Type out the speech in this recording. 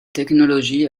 technologie